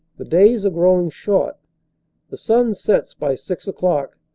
the days are growing short the sun sets by six o'clock,